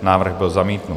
Návrh byl zamítnut.